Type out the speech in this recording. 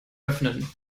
öffnen